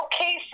okay